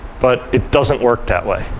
but, it doesn't work that way.